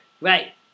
Right